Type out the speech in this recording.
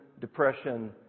depression